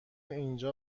اینجا